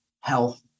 health